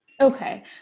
Okay